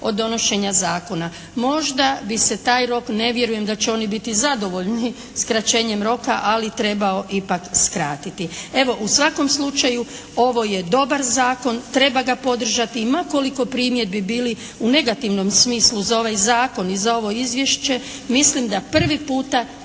od donošenja zakona. Možda bi se taj rok, ne vjerujem da će oni biti zadovoljni skraćenjem roka, ali trebao ipak skratiti. Evo, u svakom slučaju ovo je dobar zakon, treba ga podržati. Ma koliko primjedbi bili u negativnom smislu za ovaj zakon i za ovo izvješće mislim da prvi puta